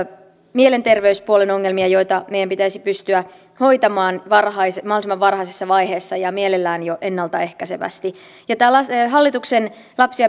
mielenterveyspuolen ongelmia joita meidän pitäisi pystyä hoitamaan mahdollisimman varhaisessa vaiheessa ja mielellään jo ennalta ehkäisevästi hallituksen lapsi